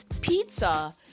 pizza